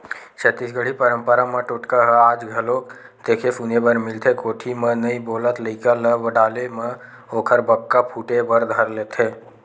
छत्तीसगढ़ी पंरपरा म टोटका ह आज घलोक देखे सुने बर मिलथे कोठी म नइ बोलत लइका ल डाले म ओखर बक्का फूटे बर धर लेथे